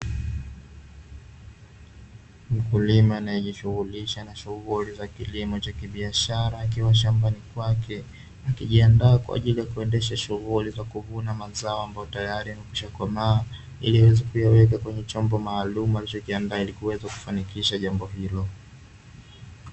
Mkulima anayejishughulisha na shughuli za kilimo cha kibiashara, akiwa shambani kwake akijiandaa kwa ajili ya kuendesha shughuli za kuvuna mazao ambayo tayari imekwishakomaa, ili aweze kuyaweka kwenye chombo maalum alichokiandaa ilikuweza kufanikisha jambo hilo.